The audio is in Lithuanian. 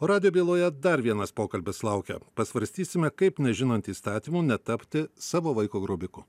o radijo byloje dar vienas pokalbis laukia pasvarstysime kaip nežinant įstatymų netapti savo vaiko grobiku